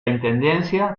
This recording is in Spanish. intendencia